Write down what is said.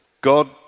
God